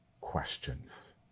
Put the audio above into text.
questions